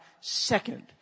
second